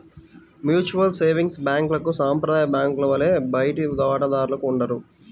mutual savings బ్యాంక్లకు సాంప్రదాయ బ్యాంకుల వలె బయటి వాటాదారులు ఉండరు